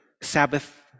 Sabbath